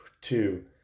two